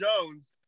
Jones